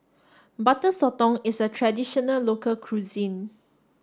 Butter Sotong is a traditional local cuisine